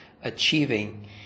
achieving